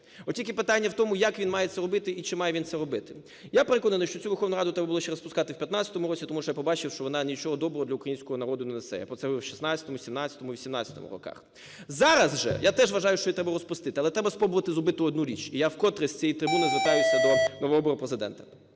от тільки питання в тому: як він має це робити і чи має він це робити? Я переконаний, що цю Верховну Раду треба ще розпускати в 15-му році, тому що я побачив, що вона нічого доброго для українського народу не несе. Я про це говорив 16-му, 17-му і 18-му роках. Зараз же я теж вважаю, що її треба розпустити, але треба спробувати зробити одну річ. І я вкотре з цієї трибуни звертаюся до новообраного Президента: